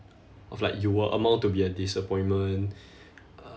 of like you will amount to be a disappointment